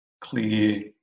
clear